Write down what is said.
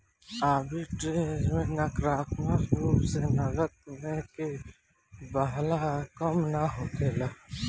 arbitrage में नकारात्मक रूप से नकद के बहाव कम ना होला